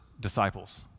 disciples